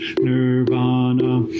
Nirvana